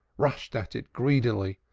rushed at it greedily,